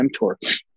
mTOR